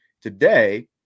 today